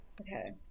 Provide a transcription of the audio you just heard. Okay